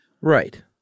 Right